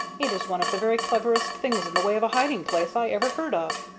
it is one of the very cleverest things in the way of a hiding-place i ever heard of,